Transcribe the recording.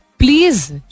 Please